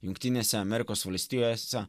jungtinėse amerikos valstijose